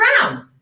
Brown